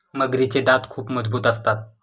मगरीचे दात खूप मजबूत असतात